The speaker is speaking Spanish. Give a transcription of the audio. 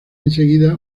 enseguida